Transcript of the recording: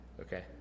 Okay